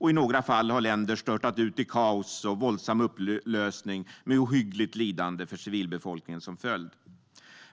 I några fall har länder störtat ut i kaos och våldsam upplösning, med ohyggligt lidande för civilbefolkningen som följd.